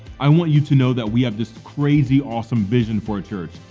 i want you to know that we have this crazy awesome vision for our church.